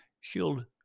shield